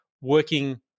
working